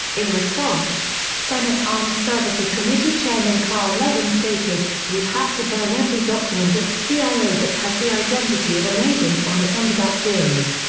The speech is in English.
in response, senate armed services committee chairman carl levin stated you'd have to burn every document at the cia that has the identity of an agent on it under that theory.